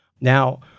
Now